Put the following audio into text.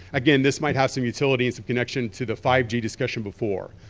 again this might have some utility and some connection to the five g discussion before,